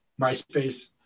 MySpace